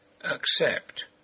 Accept